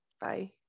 Bye